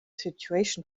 situation